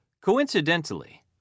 Coincidentally